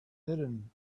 hidden